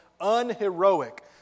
Unheroic